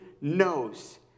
knows